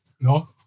No